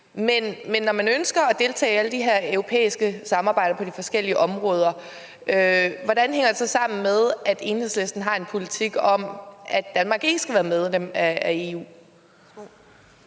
men når man ønsker at deltage i alle de her europæiske samarbejder på de forskellige områder, hvordan hænger det så sammen med, at Enhedslisten har en politik om, at Danmark ikke skal være medlem af EU?